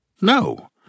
No